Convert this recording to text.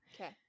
okay